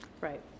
Right